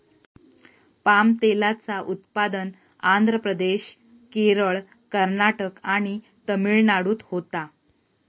palm तेलाचा उत्पादन आंध्र प्रदेश, केरळ, कर्नाटक आणि तमिळनाडूत होता